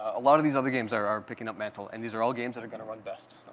a lot of these other games are are picking up mantle, and these are all games that are going to run best